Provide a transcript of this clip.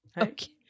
Okay